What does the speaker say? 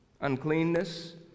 uncleanness